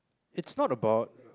it's not about